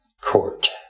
court